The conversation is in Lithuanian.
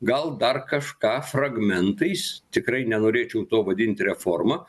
gal dar kažką fragmentais tikrai nenorėčiau to vadinti reforma